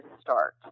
start